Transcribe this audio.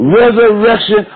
resurrection